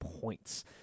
points